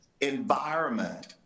environment